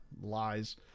Lies